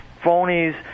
phonies